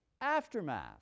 aftermath